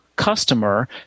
customer